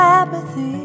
apathy